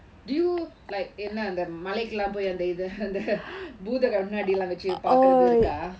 do you like என்ன அந்த மலைக்கெல்லா போய் அந்த பூத கண்ணாடில பாக்குறதக்கு வச்சு இருக்கா:enna antha malaikella poi antha intha antha bootha kannadilaa vachu paakrathu irukkaa